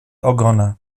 ogona